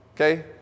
Okay